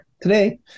today